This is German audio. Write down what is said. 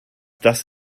das